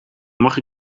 mag